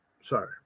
Sorry